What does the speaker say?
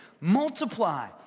Multiply